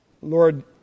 Lord